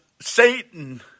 Satan